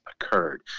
occurred